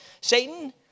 Satan